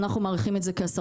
אנחנו מעריכים את זה כ-10%.